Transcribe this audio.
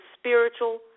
spiritual